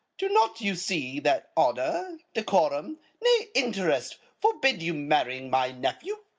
do not you see that honour, decorum nay, interest, forbid you marrying my nephew?